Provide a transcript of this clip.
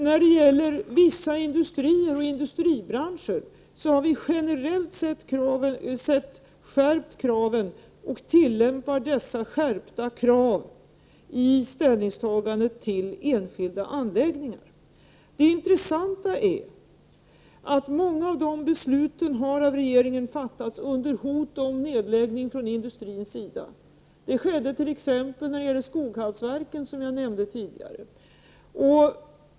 Beträffande vissa industrier och industribranscher har vi generellt skärpt kraven och tillämpar dessa skärpta krav i ställningstagandet i enskilda anläggningar. Det intressanta är att många av regeringens beslut har fattats under industrins hot om nedläggningar. Det skedde t.ex. när det gäller Skoghallsverken, som jag nämnde tidigare.